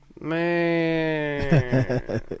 Man